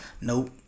Nope